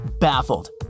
baffled